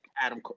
Adam